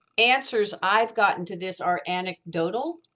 answers i've gotten to this are anecdotal.